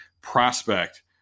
prospect